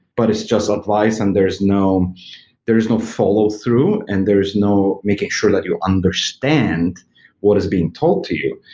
but it's just advice and there's no there's no follow through and there's no making sure that you understand what is being talked to you.